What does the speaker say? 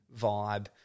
vibe